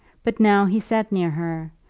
but now he sat near her,